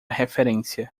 referência